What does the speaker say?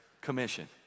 Commission